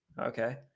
Okay